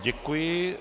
Děkuji.